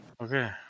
Okay